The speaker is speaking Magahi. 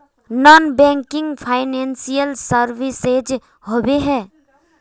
नॉन बैंकिंग फाइनेंशियल सर्विसेज होबे है?